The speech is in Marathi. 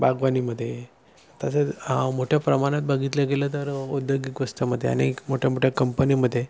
बागवानीमध्ये तसेंच मोठ्या प्रमाणात बघितलं गेलं तर उद्योगिक वस्तीमध्ये आणि मोठ्या मोठ्या कंपनीमध्ये